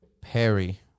Perry